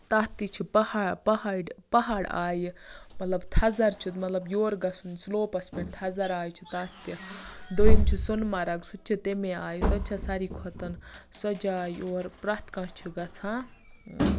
تَتھ تہِ چھِ پہٲڑ پہٲڑ پہاڑ آیہِ مَطلَب تھزَر چھِ مَطلَب یور گَژُھن سلوپَس پؠٹھ تھزَر آیہِ چھُ تَتھ تہِ دۄیم چھُ سونہٕ مَرٕگ سُہ تہِ چھِ تِمے آیہِ سُہ تہِ چھِ ساروٕے کھۄتَن سۄ جاے یور پَرٮ۪تھ کانٛہہ چھِ گژھان